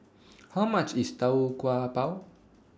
How much IS Tau Kwa Pau